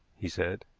he said.